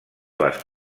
les